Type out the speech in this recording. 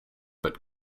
but